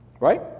Right